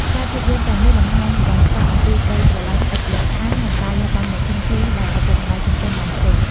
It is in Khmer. ខ្សែភាពយន្តទាំងនេះបង្ហាញយ៉ាងច្បាស់អំពីក្ដីស្រឡាញ់ឥតលក្ខខណ្ឌ និងការលះបង់ដ៏ធំធេងដែលឪពុកម្ដាយចិញ្ចឹមបានធ្វើ។